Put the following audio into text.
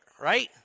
right